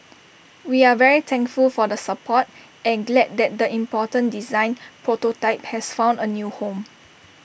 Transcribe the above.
we are very thankful for the support and glad that the important design prototype has found A new home